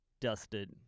dusted